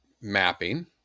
mapping